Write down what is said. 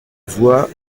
voit